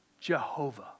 Jehovah